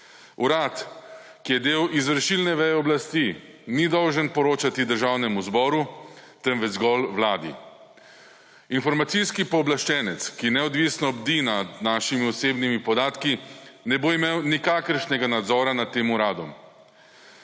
Urad, ki je del izvršilne veje oblasti, ni dolžan poročati Državnemu zboru, temveč zgolj Vladi. Informacijski pooblaščenec, ki neodvisno bdi nad našimi osebnimi podatki, ne bo imel nikakršnega nadzora nad tem uradom.